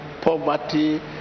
poverty